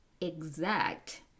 exact